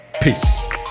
peace